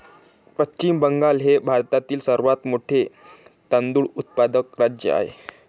पश्चिम बंगाल हे भारतातील सर्वात मोठे तांदूळ उत्पादक राज्य आहे